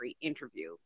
interview